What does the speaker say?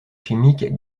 chimique